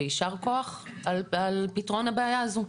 ויישר כוח על פתרון הבעיה הזו.